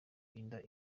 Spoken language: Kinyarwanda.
inda